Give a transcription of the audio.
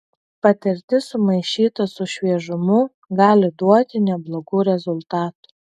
patirtis sumaišyta su šviežumu gali duoti neblogų rezultatų